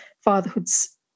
Fatherhood's